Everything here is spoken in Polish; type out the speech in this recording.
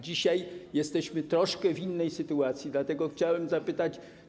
Dzisiaj jesteśmy troszkę w innej sytuacji, dlatego chciałem zadać pytanie.